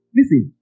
Listen